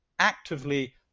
actively